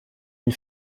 une